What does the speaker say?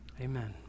amen